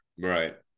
Right